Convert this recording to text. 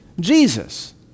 Jesus